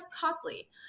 costly